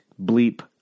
bleep